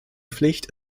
pflicht